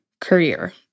career